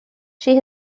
she